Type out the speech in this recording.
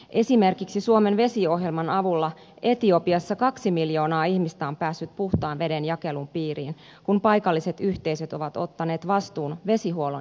esimerkiksi suomen vesiohjelman avulla etiopiassa kaksi miljoonaa ihmistä on päässyt puhtaan veden jakelun piiriin kun paikalliset yhteisöt ovat ottaneet vastuun vesihuollon järjestämisestä